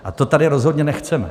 A to tady rozhodně nechceme.